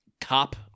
cop